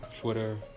Twitter